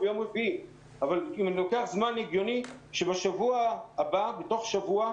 תוך שבוע,